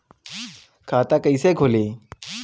खाता कइसे खुली?